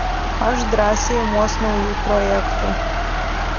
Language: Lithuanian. aš drąsiai imuos naujų projektų